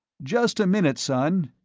just a minute, son,